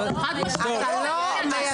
אתה לא מייצג אותנו.